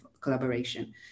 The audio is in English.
collaboration